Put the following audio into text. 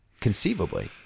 conceivably